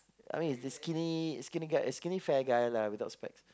I mean it's this skinny skinny guy eh skinny fair guy lah without specs